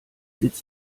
sitz